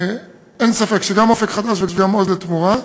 אין ספק שגם "אופק חדש" וגם "עוז לתמורה"